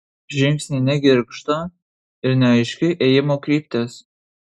žingsniai negirgžda ir neaiški ėjimo kryptis